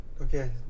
Okay